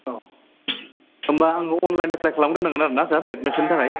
औ होम्बा आं अनलाइन एप्लाइ खालामग्रोनांगोन आरो ना सार एदमिसननि थाखाय